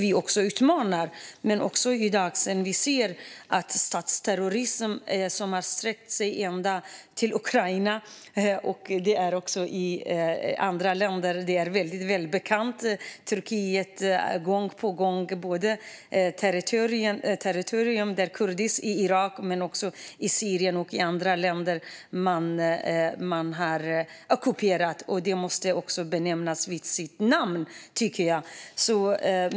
I dag ser vi statsterrorism som har sträckt sig ända till Ukraina, och den finns också i andra länder. Det är välbekant. Territorier ockuperas. Vi ser det i Turkiet, i den kurdiska delen av Irak och också i Syrien och andra länder. Detta måste nämnas vid sitt rätta namn, tycker jag.